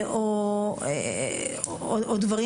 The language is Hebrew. או דברים